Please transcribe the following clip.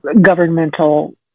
governmental